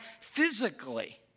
physically